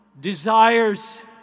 desires